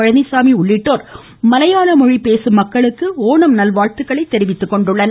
பழனிசாமி உள்ளிட்டோர் மலையாள மொழி பேசும் மக்களுக்கு ஒணம் நல்வாழ்த்துக்களை தெரிவித்துக்கொண்டுள்ளனர்